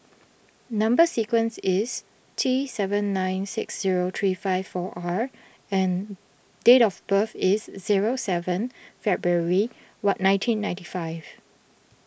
Number Sequence is T seven nine six zero three five four R and date of birth is zero seven February what nineteen ninety five